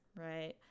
right